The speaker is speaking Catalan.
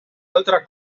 altre